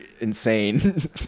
insane